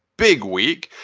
big week.